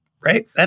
right